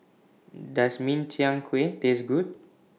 Does Min Chiang Kueh Taste Good